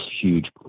huge